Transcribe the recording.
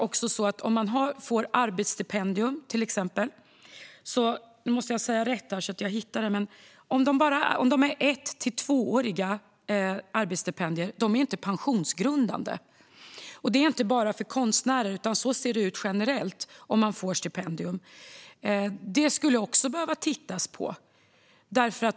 Om man till exempel får ett arbetsstipendium som är ett till tvåårigt är det inte pensionsgrundande. Det handlar inte bara om konstnärer, utan så ser det ut generellt för dem som får stipendium. Också detta skulle behöva tittas på.